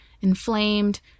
inflamed